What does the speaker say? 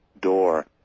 door